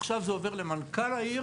עכשיו זה עובר למנכ"ל העיר,